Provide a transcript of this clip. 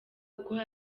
ukora